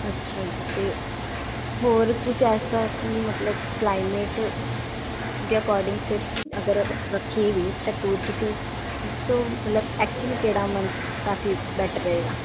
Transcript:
ਅੱਛਾ ਜੀ ਅਤੇ ਹੋਰ ਕੁਛ ਐਸਾ ਕਿ ਮਤਲਬ ਕਲਾਈਮੇਟ ਦੇ ਅਕੋਡਿੰਗ ਫਿਰ ਅਗਰ ਰੱਖੀਏ ਵੀ ਤਾਂ ਟੂਰ ਤੁਸੀਂ ਦੱਸੋ ਮਤਲਬ ਐਕਚੁਅਲੀ ਕਿਹੜਾ ਮੰਨਥ ਕਾਫੀ ਬੈਟਰ ਰਹੇਗਾ